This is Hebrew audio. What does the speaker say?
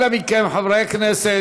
אנא מכם, חברי הכנסת.